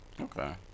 Okay